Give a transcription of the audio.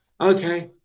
okay